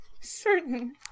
certain